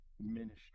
ministry